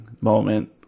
moment